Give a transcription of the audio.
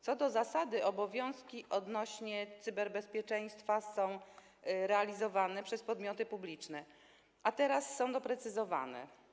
Co do zasady obowiązki odnośnie do cyberbezpieczeństwa są realizowane przez podmioty publiczne, a teraz są doprecyzowane.